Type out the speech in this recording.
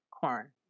corn